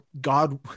God